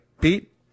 Pete